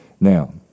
Now